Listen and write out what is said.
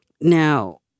Now